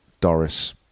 Doris